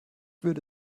würde